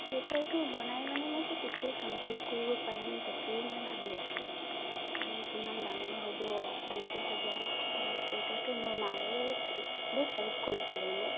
চুৱেটাৰটো বনাই মানে মই যে কেতিয়া কমপ্লিট কৰিব পাৰিম তাকেই মই ভাবি আছিলোঁ আৰু কিমান ডাঙৰ হ'ব কেনেকে হ'ব আৰু চুৱেটাৰটো মোৰ মায়ে বহুত হেল্প কৰিছিলে মোক